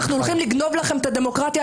אנחנו הולכים לגנוב לכם את הדמוקרטיה.